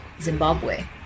Zimbabwe